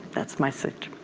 that's my sitch.